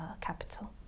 capital